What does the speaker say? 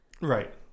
Right